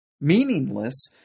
Meaningless